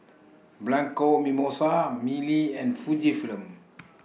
Bianco Mimosa Mili and Fujifilm